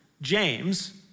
James